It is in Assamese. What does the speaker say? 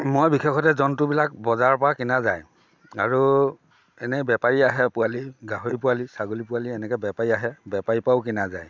মই বিশেষতে জন্তুবিলাক বজাৰৰ পৰা কিনা যায় আৰু এনেই বেপাৰী আহে পোৱালী গাহৰি পোৱালী ছাগলী পোৱালী এনেকৈ বেপাৰী আহে বেপাৰীৰ পৰাও কিনা যায়